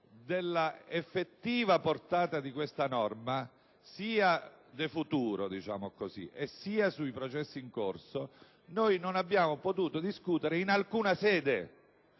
della effettiva portata di questa norma, sia *de futuro* sia sui processi in corso, non abbiamo potuto discutere in alcuna sede: